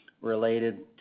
related